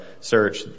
search